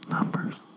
Numbers